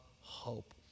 hope